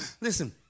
listen